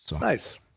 Nice